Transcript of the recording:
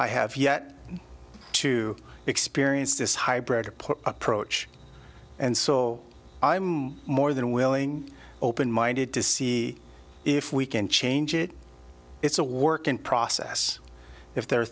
i have yet to experience this hybrid put approach and so i am more than willing open minded to see if we can change it it's a work in process if there are